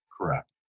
Correct